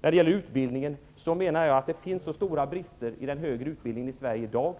När det för det andra gäller utbildningen tycker jag att det finns stora brister i den högre utbildningen i Sverige i dag.